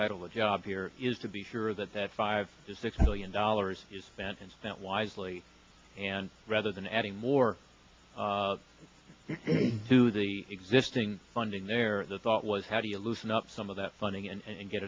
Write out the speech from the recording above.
title of job here is to be sure that that five six million dollars is spent and spent wisely and rather than adding more to the existing funding there the thought was how do you loosen up some of that funding and